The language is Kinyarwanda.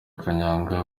kanyanga